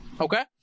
okay